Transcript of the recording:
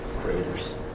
Craters